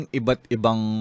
iba't-ibang